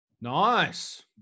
Nice